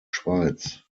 schweiz